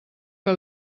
que